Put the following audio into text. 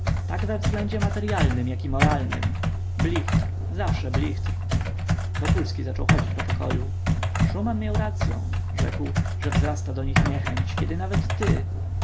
tak we względzie materyalnym jak i w moralnym blichtr zawsze blichtr wokulski zaczął chodzić po pokoju szuman miał racyą rzekł że wzrasta do nich niechęć kiedy nawet ty